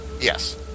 Yes